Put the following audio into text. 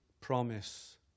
promise